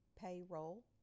Payroll